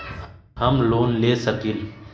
हम लोन ले सकील?